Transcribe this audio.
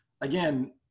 again